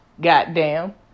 goddamn